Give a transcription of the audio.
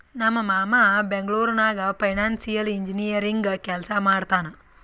ನಮ್ ಮಾಮಾ ಬೆಂಗ್ಳೂರ್ ನಾಗ್ ಫೈನಾನ್ಸಿಯಲ್ ಇಂಜಿನಿಯರಿಂಗ್ ಕೆಲ್ಸಾ ಮಾಡ್ತಾನ್